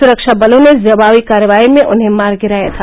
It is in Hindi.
सुरक्षाबलों ने जवाबी कार्रवाई में उन्हें मार गिराया था